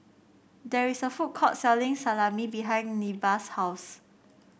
there is a food court selling Salami behind Neva's house